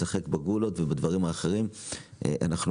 להציע אדוני היו"ר, זה